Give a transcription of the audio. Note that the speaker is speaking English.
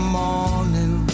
morning